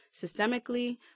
systemically